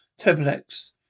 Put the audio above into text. Tablex